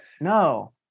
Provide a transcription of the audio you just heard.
No